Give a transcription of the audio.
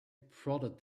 prodded